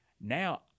Now